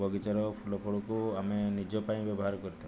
ବଗିଚାର ଫୁଲ ଫଳକୁ ଆମେ ନିଜ ପାଇଁ ବ୍ୟବହାର କରିଥାଉ